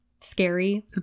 scary